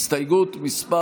לגבי הסתייגות מס'